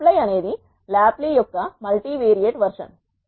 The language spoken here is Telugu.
మాప్లై అనేది లాప్లీ యొక్క మల్టీవెరియట్ వెర్షన్